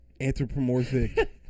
anthropomorphic